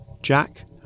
Jack